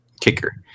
kicker